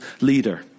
leader